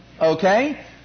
Okay